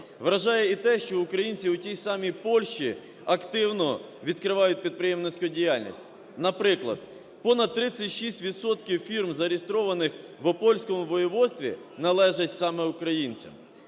Вражає і те, що українці в тій самі Польщі активно відкривають підприємницьку діяльність. Наприклад, понад 36 відсотків фірм, зареєстрованих вОпольському воєводстві, належать саме українцям.